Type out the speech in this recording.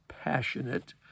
passionate